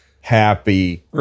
happy